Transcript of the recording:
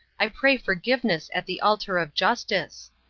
i pray forgiveness at the altar of justice.